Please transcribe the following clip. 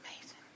amazing